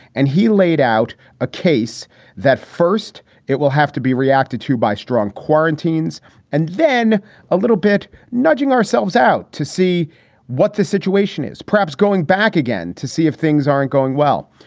and he laid out a case that first it will have to be reacted to by strong quarantines and then a little bit nudging ourselves out to see what the situation is, perhaps going back again to see if things aren't going well.